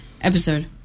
episode